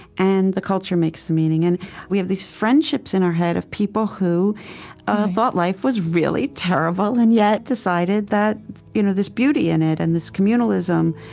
and the culture makes the meaning. and we have these friendships in our head of people who thought life was really terrible, and yet decided that there's you know this beauty in it, and this communalism.